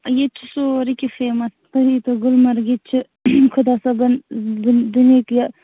ییٚتہِ چھُ سورُے کیٚنٛہہ فیمَس تُہۍ ییٖتو گُلمرگ ییٚتہِ چھِ خۅدا صٲبَن دُن دُنۍیِہُک یہِ